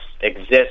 exist